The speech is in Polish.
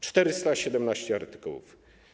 417 artykułów.